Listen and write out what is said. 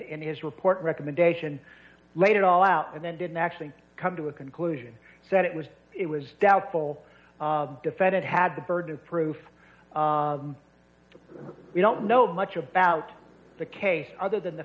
in his report recommendation laid it all out and then didn't actually come to a conclusion that it was it was doubtful defendant had the burden of proof we don't know much about the case other than the